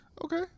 Okay